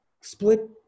split